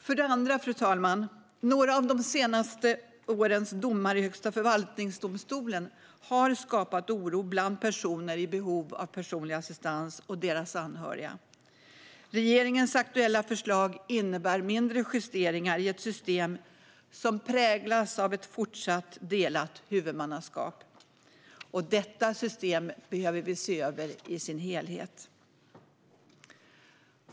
För det andra: Några av de senaste årens domar i Högsta förvaltningsdomstolen har skapat oro bland personer i behov av personlig assistans och deras anhöriga. Regeringens aktuella förslag innebär mindre justeringar i ett system som präglas av ett fortsatt delat huvudmannaskap. Detta system behöver vi se över i dess helhet.